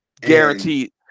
Guaranteed